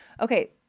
Okay